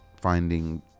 finding